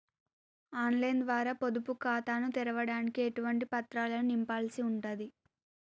On line ద్వారా పొదుపు ఖాతాను తెరవడానికి ఎటువంటి పత్రాలను నింపాల్సి ఉంటది?